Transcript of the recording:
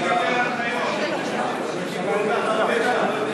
יש כל כך הרבה שאני לא יודע